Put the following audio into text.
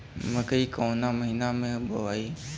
मकई कवना महीना मे बोआइ?